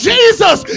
Jesus